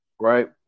right